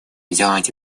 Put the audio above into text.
взять